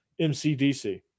MCDC